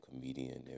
comedian